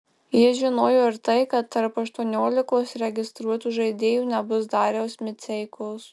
jis žinojo ir tai kad tarp aštuoniolikos registruotų žaidėjų nebus dariaus miceikos